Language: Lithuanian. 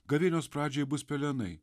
gavėnios pradžiai bus pelenai